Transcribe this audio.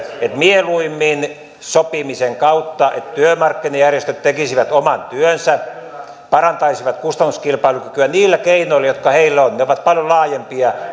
mieluimmin sopimisen kautta että työmarkkinajärjestöt tekisivät oman työnsä parantaisivat kustannuskilpailukykyä niillä keinoilla jotka heillä on ne ovat paljon laajempia